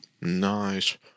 Nice